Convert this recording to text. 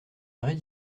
vraie